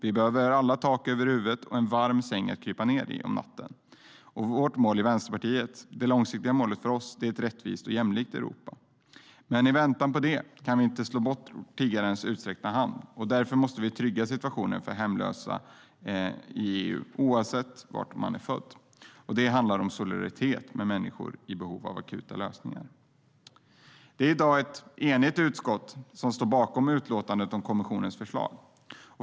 Vi behöver alla tak över huvudet och en varm säng att krypa ned i om natten. Vänsterpartiets långsiktiga mål är ett rättvist och jämlikt Europa. Men i väntan på det kan vi inte slå bort tiggarens utsträckta hand. Därför måste vi trygga situationen för hemlösa i EU, oavsett var man är född. Det handlar om solidaritet med människor i behov av akuta lösningar. Det är i dag ett enigt utskott som står bakom utlåtandet om kommissionens förslag.